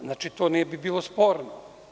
Znači, to ne bi bilo sporno.